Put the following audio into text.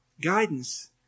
Guidance